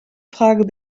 frage